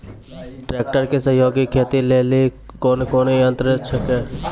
Tractor के सहयोगी खेती लेली कोन कोन यंत्र छेकै?